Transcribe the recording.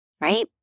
right